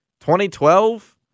2012